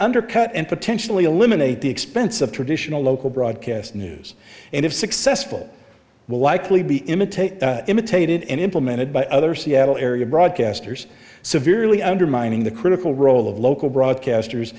undercut and potentially eliminate the expense of traditional local broadcast news and if successful will likely be imitate imitated and implemented by other seattle area broadcasters severely undermining the critical role of local broadcasters